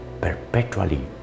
perpetually